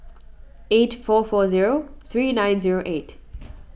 eight four four zero three nine zero eight